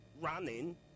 Running